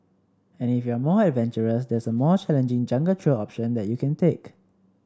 and if you're more adventurous there's a more challenging jungle trail option that you can take